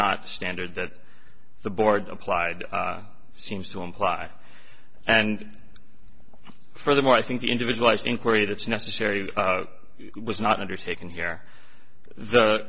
not standard that the board applied seems to imply and furthermore i think the individualized inquiry that's necessary was not undertaken here the